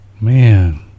Man